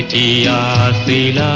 a eap